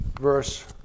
verse